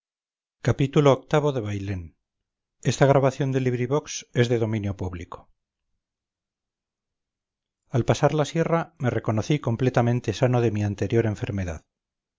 xxv xxvi xxvii xxviii xxix xxx xxxi xxxii bailén de benito pérez galdós al pasar la sierra me reconocí completamente sano de mi anterior enfermedad